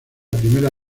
primera